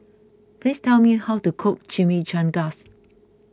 please tell me how to cook Chimichangas